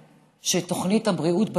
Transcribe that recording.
תוכנית הבריאות בצפון,